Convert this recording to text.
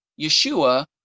Yeshua